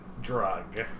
drug